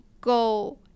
go